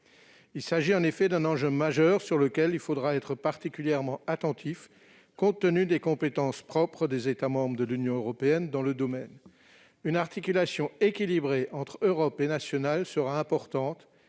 Il s'agit en effet d'un enjeu majeur, sur lequel il faudra être particulièrement attentif, compte tenu des compétences propres des États membres de l'Union européenne dans le domaine. Une articulation équilibrée entre l'Europe et l'échelon national sera importante,